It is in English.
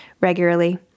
regularly